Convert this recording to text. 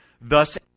Thus